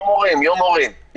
יום הורים.